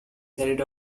carried